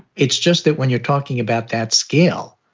it's just that when you're talking about that scale,